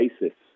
basis